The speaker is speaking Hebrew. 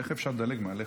איך אפשר לדלג עליך?